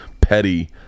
petty